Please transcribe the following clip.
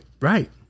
Right